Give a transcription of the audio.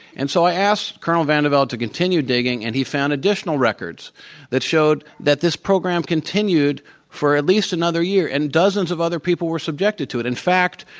and so i asked colonel vandeveld to continue digging, and he found additional records that showed that this program continued for at least another year. and dozens of other people were subjected to it. in fact,